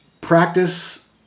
practice